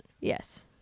Yes